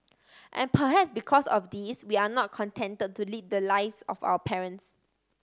and perhaps because of this we are not contented to lead the lives of our parents